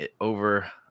over